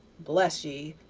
bless ye!